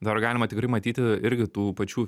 dar galima tikrai matyti irgi tų pačių